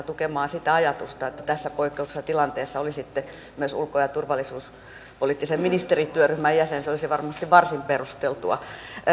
tukemaan sitä ajatusta että tässä poikkeuksellisessa tilanteessa olisitte myös ulko ja turvallisuuspoliittisen ministerityöryhmän jäsen se olisi varmasti varsin perusteltua